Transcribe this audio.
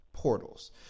portals